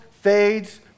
fades